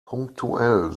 punktuell